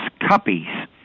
cuppies